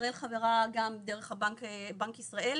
ישראל חברה גם דרך בנק ישראל,